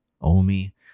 Omi